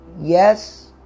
yes